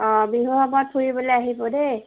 অঁ বিহু সময়ত ফুৰিবলৈ আহিব দেই